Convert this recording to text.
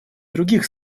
других